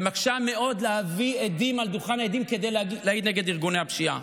ומקשה מאוד להביא עדים אל דוכן העדים כדי להעיד נגד ארגוני הפשיעה.